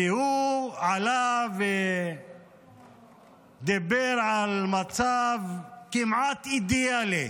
כי הוא עלה ודיבר על מצב כמעט אידיאלי